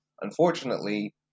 unfortunately